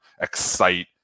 Excite